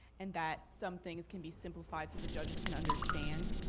and that some things can be simplified so the judges can understand,